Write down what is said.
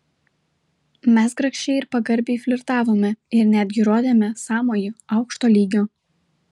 mes grakščiai ir pagarbiai flirtavome ir netgi rodėme sąmojį aukšto lygio